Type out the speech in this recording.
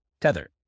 Tether